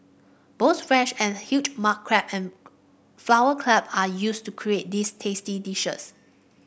both fresh and huge mud crab and flower crab are used to create these tasty dishes